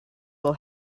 will